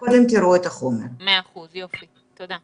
מאה אחוז, תודה.